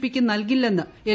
പിക്ക് നൽകില്ലെന്ന് എൽ